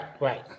right